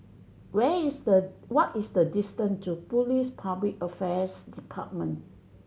where is the what is the distance to Police Public Affairs Department